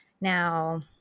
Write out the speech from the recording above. Now